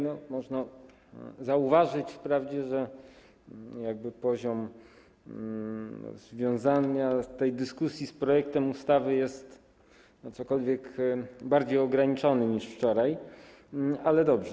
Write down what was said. No, można zauważyć wprawdzie, że poziom powiązania tej dyskusji z projektem ustawy jest cokolwiek bardziej ograniczony niż wczoraj, ale dobrze.